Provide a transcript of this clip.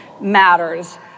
matters